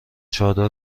چادر